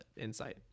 insight